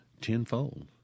tenfold